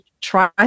Try